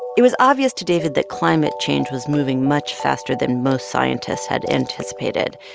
it was obvious to david that climate change was moving much faster than most scientists had anticipated.